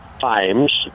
times